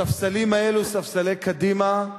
הספסלים האלו, ספסלי קדימה,